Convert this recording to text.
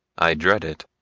i dread it.